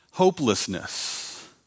hopelessness